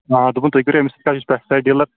آ دوپُن تُہۍ کٔرِو أمِس سۭتۍ کتھ یہِ چھُ پیسٹ سایڈ ڈیٖلر